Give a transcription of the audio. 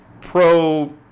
pro